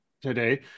today